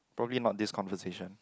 probably not this conversation